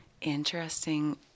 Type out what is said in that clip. Interesting